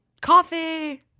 coffee